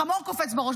חמור קופץ בראש.